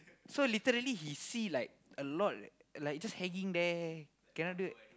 so literally he see like a lot like just hanging there cannot do